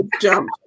jump